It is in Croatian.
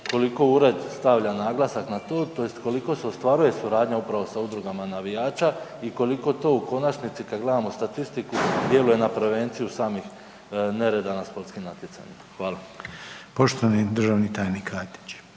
koliko ured stavlja naglasak na to tj. koliko se ostvaruje suradnja upravo sa udrugama navijača i koliko to u konačnici kad gledamo statistiku djeluje na prevenciju samih nereda na sportskim natjecanjima? Hvala. **Reiner, Željko